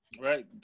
Right